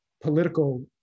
political